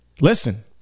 listen